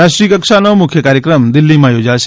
રાષ્ટ્રીય કક્ષાનો મુખ્ય કાર્યક્રમ દિલ્હીમાં યોજાશે